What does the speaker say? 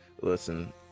Listen